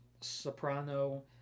soprano